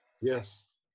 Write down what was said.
Yes